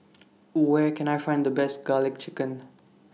Where Can I Find The Best Garlic Chicken